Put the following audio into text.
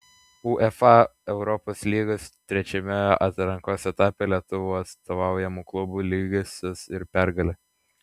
uefa europos lygos trečiame atrankos etape lietuvių atstovaujamų klubų lygiosios ir pergalė